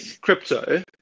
crypto